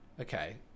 Okay